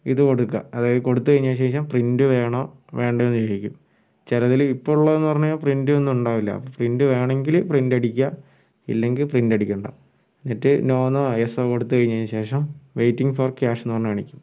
ഇത് കൊടുക്കുക അതായത് കൊടുത്ത് കഴിഞ്ഞ ശേഷം പ്രിൻ്റ് വേണോ വേണ്ടയോയെന്ന് ചോദിക്കും ചിലതിൽ ഇപ്പോഴുള്ളതെന്നു പറഞ്ഞാൽ പ്രിൻ്റ് ഒന്നും ഉണ്ടാവില്ല പ്രിൻ്റ് വേണമെങ്കിൽ പ്രിൻ്റ് അടിക്കുക ഇല്ലെങ്കിൽ പ്രിൻ്റ് അടിക്കേണ്ട എന്നിട്ട് നോ എന്നോ എസ്സോ കൊടുത്ത് കഴിഞ്ഞതിനു ശേഷം വെയ്റ്റിംഗ് ഫോർ ക്യാഷ് എന്നു പറഞ്ഞ് കാണിക്കും